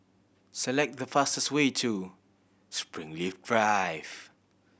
select the fastest way to Springleaf Drive